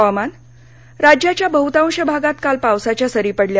हवामान राज्याच्या बहुतांश भागात काल पावसाच्या सरी पडल्या